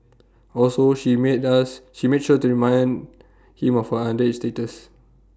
also she made us she made sure to remind him of her underage status